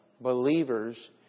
believers